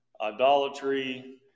idolatry